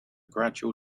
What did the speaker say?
gradual